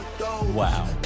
wow